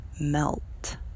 melt